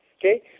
okay